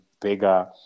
bigger